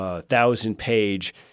thousand-page